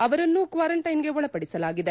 ಅವರನ್ನು ಕ್ವಾರಂಟೈನ್ಗೆ ಒಳಪದಿಸಲಾಗಿದೆ